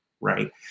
right